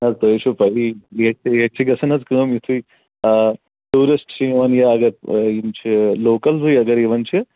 حظ تۄہہِ ہے چھو پَیی ییٚتہِ چھِ ییٚتہِ چھِ گژھان حظ کٲم یُتھُے ٹوٗرِسٹ چھِ یِوان یا اگر یِم چھِ لوکَلزٕے اگر یِوان چھِ